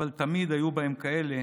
אבל תמיד היו בהם כאלה